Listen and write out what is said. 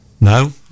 No